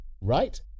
right